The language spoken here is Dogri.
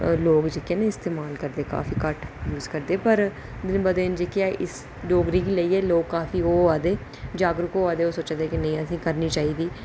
लोक जेह्के न इस्तेमाल करदे न काफी घट्ट यूज़ करदे न पर एस डोगरी गी लेईयै लोक काफी ओह् होआ दे जागरूक होआ दे सोचदे कि नेई असैं गी करनी चाहिदी